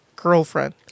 girlfriend